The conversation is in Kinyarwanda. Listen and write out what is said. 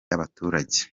abaturage